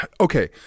okay